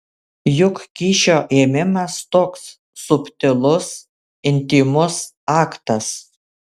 juk kyšio ėmimas toks subtilus intymus aktas